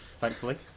Thankfully